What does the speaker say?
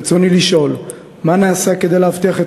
ברצוני לשאול: 1. מה נעשה כדי להבטיח את